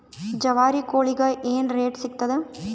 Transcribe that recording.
ಜವಾರಿ ಕೋಳಿಗಿ ಏನ್ ರೇಟ್ ಸಿಗ್ತದ?